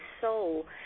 soul